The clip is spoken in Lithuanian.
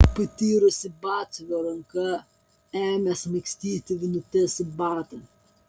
patyrusi batsiuvio ranka ėmė smaigstyti vinutes į batą